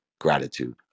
gratitude